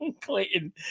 Clayton